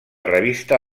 revista